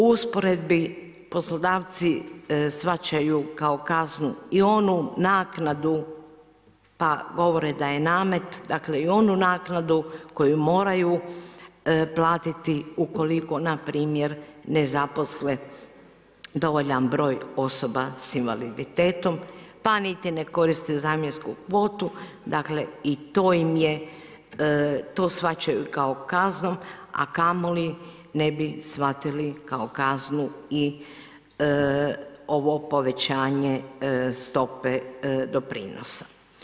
U usporedbi poslodavci shvaćaju kao kaznu i onu naknadu, pa govore da je namet, i onu naknadu koju moraju platiti ukoliko npr. ne zaposle dovoljan broj osoba s invaliditetom, pa niti ne koriste zamjensku kvotu, dakle i to shvaćaju kao kaznom, a kamoli ne bi shvatili kao kaznu i ovo povećanje stope doprinosa.